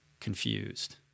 confused